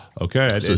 Okay